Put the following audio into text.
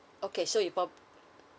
okay so you prob~